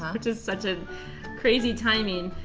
which is such ah crazy timing,